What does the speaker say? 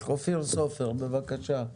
אופיר סופר, בבקשה.